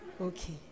Okay